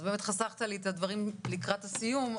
אז באמת חסכת לי את הדברים לקראת הסיום,